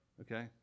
Okay